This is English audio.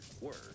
word